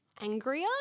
angrier –